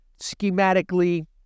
schematically